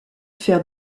fer